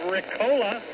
Ricola